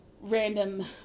random